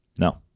No